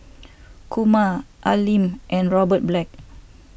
Kumar Al Lim and Robert Black